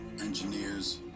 engineers